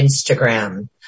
Instagram